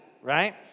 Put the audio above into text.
right